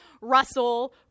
Russell